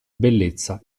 bellezza